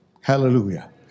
Hallelujah